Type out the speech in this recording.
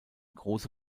große